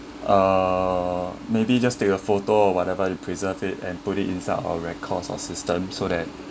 uh maybe just take a photo or whatever you preserve it and put it inside or record our system so that